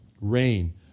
Rain